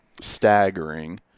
staggering